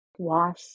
Wash